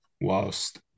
whilst